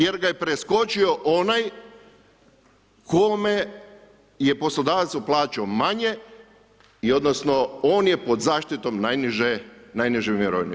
Jer ga je preskočio onaj kome je poslodavac plaćao manje odnosno i on je pod zaštitom najniže mirovine.